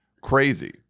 crazy